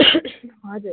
हजुर